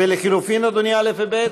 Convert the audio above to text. ולחלופין, אדוני, א' וב'?